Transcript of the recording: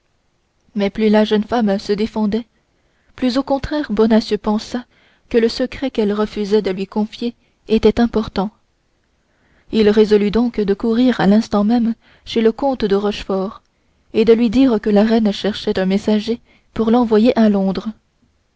mais plus la jeune femme se défendait plus au contraire bonacieux pensa que le secret qu'elle refusait de lui confier était important il résolut donc de courir à l'instant même chez le comte de rochefort et de lui dire que la reine cherchait un messager pour l'envoyer à londres